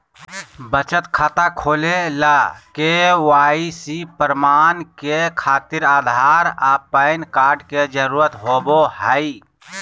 बचत खाता खोले ला के.वाइ.सी प्रमाण के खातिर आधार आ पैन कार्ड के जरुरत होबो हइ